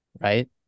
Right